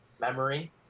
memory